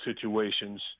situations